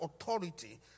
authority